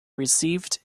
received